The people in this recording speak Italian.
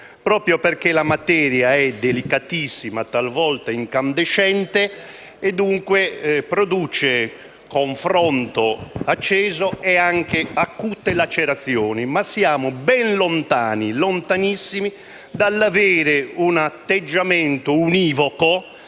materia è infatti delicatissima, talvolta incandescente, e - dunque - produce confronto acceso e anche acute lacerazioni. Tuttavia, siamo ben lontani - lontanissimi - dall'avere un atteggiamento univoco